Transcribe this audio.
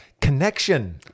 Connection